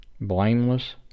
blameless